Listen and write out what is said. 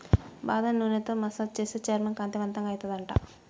బాదం నూనెతో మసాజ్ చేస్తే చర్మం కాంతివంతంగా అయితది అంట